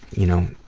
you know,